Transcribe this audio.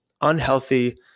unhealthy